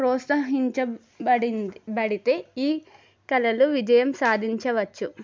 ప్రోత్సహించబడి బడితే ఈ కళలు విజయం సాధించవచ్చు